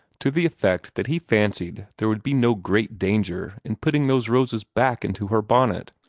to the effect that he fancied there would be no great danger in putting those roses back into her bonnet.